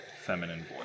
feminine